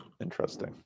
interesting